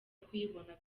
kuyibona